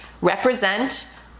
represent